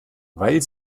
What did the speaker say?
weil